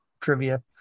trivia